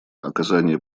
оказание